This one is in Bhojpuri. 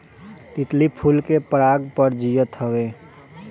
तितली फूल के पराग पर जियत हवे